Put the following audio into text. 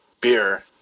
beer